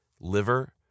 liver